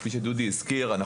כפי שדודי הזכיר.